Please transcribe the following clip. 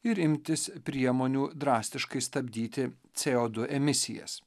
ir imtis priemonių drastiškai stabdyti cė o du emisijas